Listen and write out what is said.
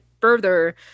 further